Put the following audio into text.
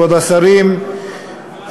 כבוד השרים,